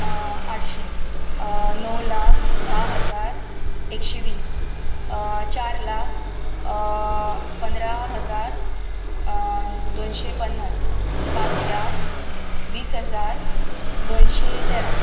आठशे णव लाख धा हजार एकशे वीस चार लाख पंदरा हजार दोनशे पन्नास पांच लाख वीस हजार दोनशे तेरा